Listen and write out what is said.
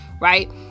right